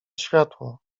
światło